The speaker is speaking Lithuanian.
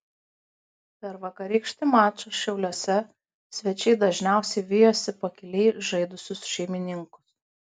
per vakarykštį mačą šiauliuose svečiai dažniausiai vijosi pakiliai žaidusius šeimininkus